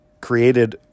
created